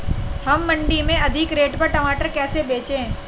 हम मंडी में अधिक रेट पर टमाटर कैसे बेचें?